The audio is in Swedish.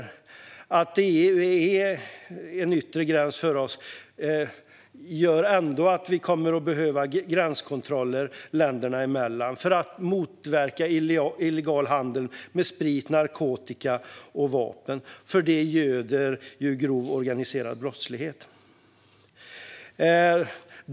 EU står för vår yttre gräns, men vi kommer ändå att behöva gränskontroller länderna emellan för att motverka illegal handel med sprit, narkotika och vapen, som göder grov organiserad brottslighet.